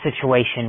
situation